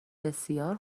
بسیار